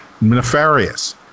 nefarious